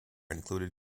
included